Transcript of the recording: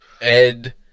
Ed